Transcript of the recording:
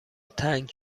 تنگ